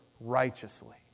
righteously